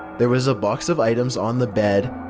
there was a box of items on the bed.